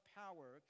power